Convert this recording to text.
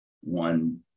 one